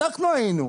אנחנו היינו.